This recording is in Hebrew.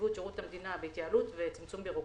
נציבות שירות המדינה בהתייעלות וצמצום בירוקרטיה.